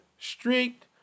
streaked